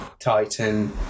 Titan